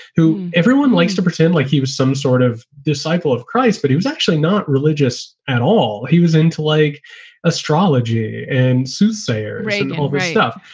who everyone likes to pretend like he was some sort of disciple of christ. but he was actually not religious at all. he was into like astrology and soothsayer. overstuff.